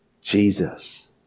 Jesus